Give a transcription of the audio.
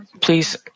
please